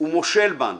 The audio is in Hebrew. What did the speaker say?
ומושל בנו